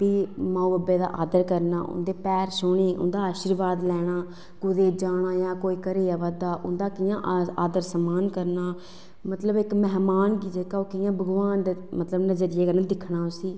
माऊ बब्बै दा आदर करना उंदे पैर छूह्ने आर्शीवाद लैना कुदै जाना जां कोई घरै गी आवा दा उंदा आदर सम्मान करना मतलब इक्क मैह्मान जेह्का ओह् कियां उसी भगवान दे नज़रिये कन्नै दिक्खना उसी